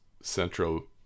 central